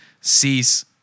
cease